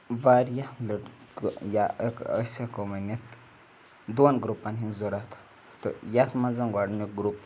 واریاہ لٔڑکہٕ یا أسۍ ہٮ۪کو ؤنِتھ دۄن گرُپَن ہِنٛز ضوٚرَتھ تہٕ یَتھ منٛز گۄڈنیُک گرُپ